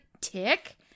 tick